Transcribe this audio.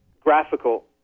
graphical